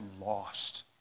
lost